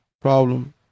Problem